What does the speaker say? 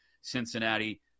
Cincinnati